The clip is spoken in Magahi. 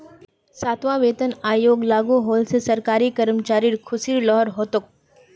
सातवां वेतन आयोग लागू होल से सरकारी कर्मचारिर ख़ुशीर लहर हो तोक